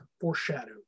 foreshadowed